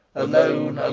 alone,